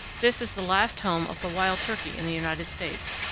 this is the last home of the wild turkey in the united states,